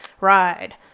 ride